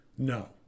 no